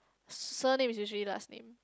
surname is usually last name